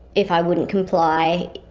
if i wouldn't comply,